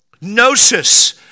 Gnosis